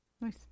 Nice